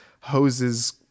hoses